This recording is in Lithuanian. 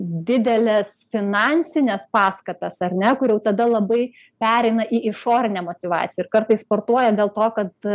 dideles finansines paskatas ar ne kur jau tada labai pereina į išorinę motyvaciją ir kartais sportuoja dėl to kad